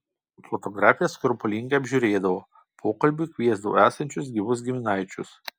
fotografijas skrupulingai apžiūrėdavo pokalbiui kviesdavo esančius gyvus giminaičius